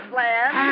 land